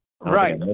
Right